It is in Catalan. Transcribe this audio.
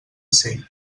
ser